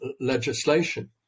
legislation